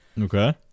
Okay